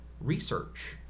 research